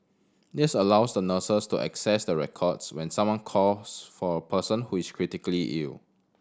this allows the nurses to access the records when someone calls for a person who is critically ill